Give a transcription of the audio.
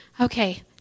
Okay